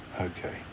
okay